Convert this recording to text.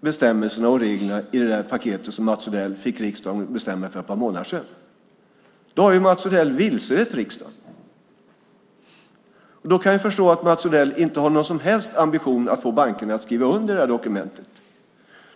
bestämmelserna och reglerna i det paket som Mats Odell fick riksdagen att besluta om för ett par månader sedan. Då har Mats Odell vilselett riksdagen. Då kan jag förstå att Mats Odell inte har någon som helst ambition att få bankerna att skriva under det dokumentet.